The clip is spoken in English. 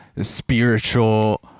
spiritual